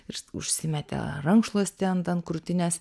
ir užsimetė rankšluostį ant ant krūtinės